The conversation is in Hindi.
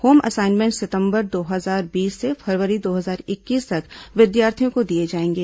होम असाइनमेंट सितंबर दो हजार बीस से फरवरी दो हजार इक्कीस तक विद्यार्थियों को दिए जाएंगे